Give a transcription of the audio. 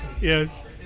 Yes